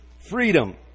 Freedom